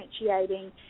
differentiating